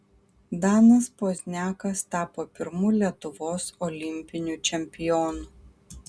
danas pozniakas tapo pirmu lietuvos olimpiniu čempionu